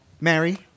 mary